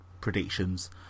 predictions